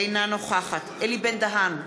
אינה נוכחת אלי בן-דהן,